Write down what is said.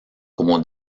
como